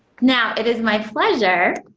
now it is my pleasure